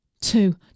two